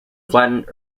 flattened